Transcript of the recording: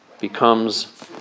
becomes